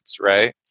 right